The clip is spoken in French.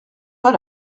pas